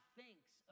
thinks